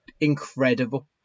incredible